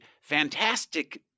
fantastic